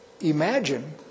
imagine